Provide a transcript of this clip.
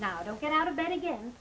now don't get out of bed again